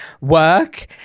work